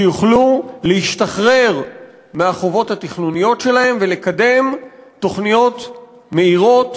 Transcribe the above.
שיוכלו להשתחרר מהחובות התכנוניות שלהם ולקדם תוכניות מהירות